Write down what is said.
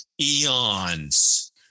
eons